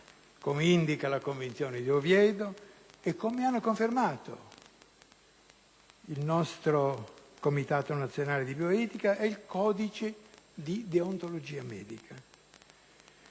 come indica la Convenzione di Oviedo e come hanno confermato il nostro Comitato nazionale di bioetica e il codice di deontologia medica.